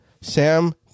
Sam